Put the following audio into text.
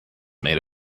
made